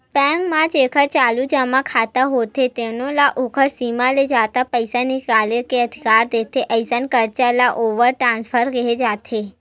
bank म जेखर चालू जमा खाता होथे तेनो ल ओखर सीमा ले जादा पइसा निकाले के अधिकार देथे, अइसन करजा ल ओवर ड्राफ्ट केहे जाथे